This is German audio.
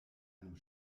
einem